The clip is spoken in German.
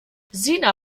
sina